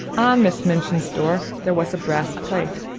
on miss minchin's door there was a brass plate.